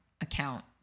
account